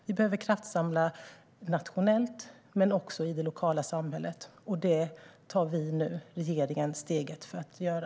Vi behöver kraftsamla nationellt men också i det lokala samhället, och det tar nu regeringen steg för att göra.